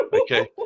Okay